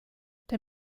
der